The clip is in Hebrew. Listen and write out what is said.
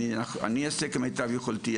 אני אעשה כמיטב יכולתי,